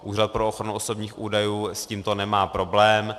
Úřad pro ochranu osobních údajů s tímto nemá problém.